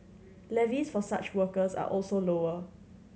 levies for such workers are also lower